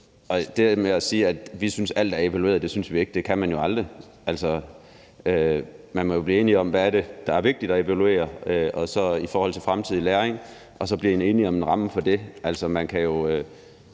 dermed ikke sagt, at vi synes, at alt er evalueret; det synes vi ikke, for det kan man jo aldrig. Altså, man må jo blive enige om, hvad det er, der er vigtigt at evaluere i forhold til fremtidig læring, og så blive enige om en ramme for det.